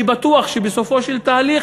אני בטוח שבסופו של תהליך,